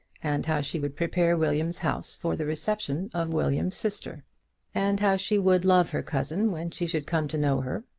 and how she would prepare william's house for the reception of william's sister and how she would love her cousin when she should come to know her.